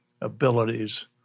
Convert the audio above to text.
abilities